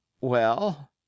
Well